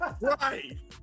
Right